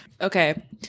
Okay